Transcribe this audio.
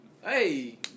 Hey